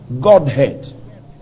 Godhead